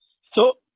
So-